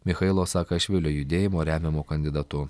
michailo saakašvilio judėjimo remiamu kandidatu